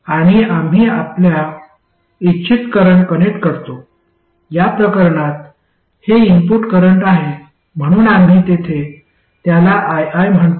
आणि आम्ही आपला इच्छित करंट कनेक्ट करतो या प्रकरणात हे इनपुट करंट आहे म्हणून आम्ही तेथे त्याला ii म्हणतो